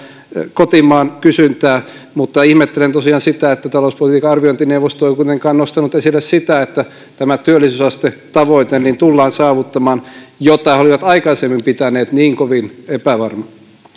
kotimaan kysyntää mutta ihmettelen tosiaan sitä että talouspolitiikan arviointineuvosto ei kuitenkaan nostanut esille sitä että tämä työllisyysastetavoite tullaan saavuttamaan mitä he olivat aikaisemmin pitäneet niin kovin epävarmana